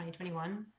2021